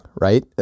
right